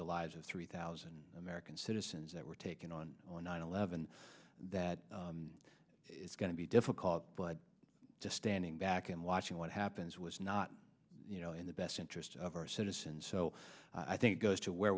the lives of three thousand american citizens that were taken on nine eleven that it's going to be difficult but just standing back and watching what happens was not you know in the best interests of our citizens so i think goes to where